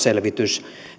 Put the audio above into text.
selvitys